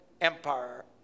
Empire